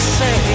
say